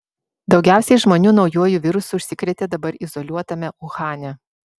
daugiausiai žmonių naujuoju virusu užsikrėtė dabar izoliuotame uhane